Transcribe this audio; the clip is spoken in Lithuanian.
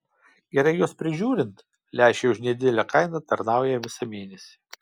gerai juos prižiūrint lęšiai už nedidelę kainą tarnauja visą mėnesį